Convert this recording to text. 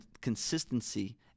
consistency